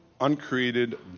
uncreated